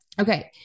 Okay